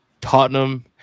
Tottenham